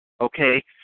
Okay